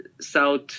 south